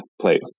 place